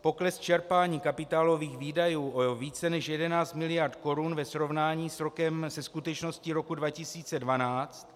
Pokles čerpání kapitálových výdajů o více než 11 mld. korun ve srovnání se skutečností roku 2012.